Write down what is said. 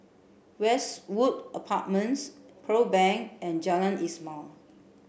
Westwood Apartments Pearl Bank and Jalan Ismail